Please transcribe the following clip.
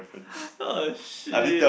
!oh shit!